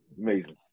Amazing